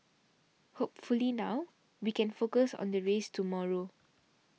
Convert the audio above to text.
hopefully now we can focus on the race tomorrow